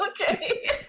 Okay